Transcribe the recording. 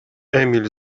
emil